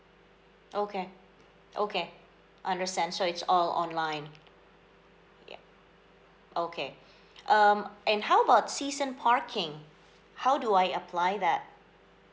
okay okay understand so it's all online yup okay um and how about season parking how do I apply that